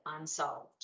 unsolved